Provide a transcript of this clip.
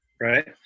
right